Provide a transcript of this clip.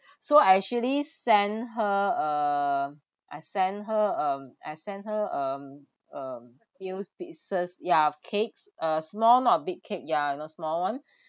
so I actually send her uh I send her um I send her um um few pieces ya of cakes uh small not big cake yeah you know small [one]